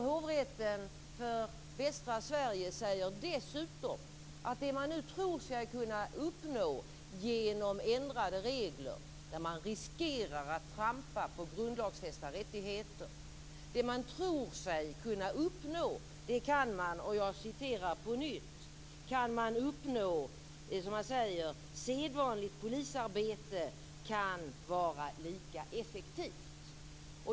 Hovrätten för Västra Sverige säger dessutom att det som man nu tror sig kunna uppnå genom ändrade regler, då man riskerar att trampa på grundlagsfästa rättigheter, kan man uppnå ändå. Man säger: Sedvanligt polisarbete kan vara lika effektivt.